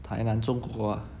台南中国 ah